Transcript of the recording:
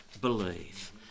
believe